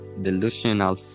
delusional